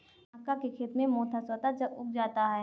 मक्का के खेत में मोथा स्वतः उग जाता है